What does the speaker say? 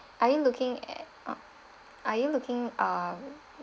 are you looking at uh are you looking uh